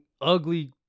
ugly